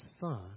son